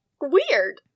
Weird